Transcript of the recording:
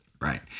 Right